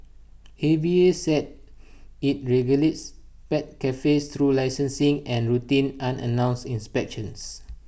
A V A said IT regulates pet cafes through licensing and routine unannounced inspections